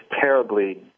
terribly